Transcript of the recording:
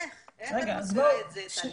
איך את מסבירה את זה, טליה?